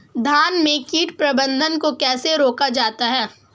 धान में कीट प्रबंधन को कैसे रोका जाता है?